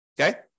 Okay